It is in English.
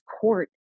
court